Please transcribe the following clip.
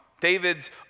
David's